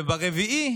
וברביעי